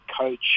coach